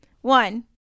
One